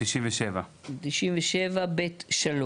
97. 97. סעיף (ב)(3)